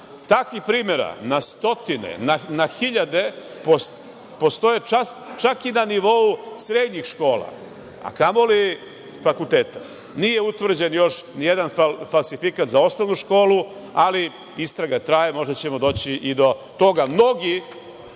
takvih primera na stotine, na hiljade, postoje čak i na nivou srednjih škola, a kamoli fakulteta. Nije utvrđen još nijedan falsifikat za osnovnu školu, ali istraga traje, možda ćemo doći i do toga. Mnogi